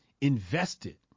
invested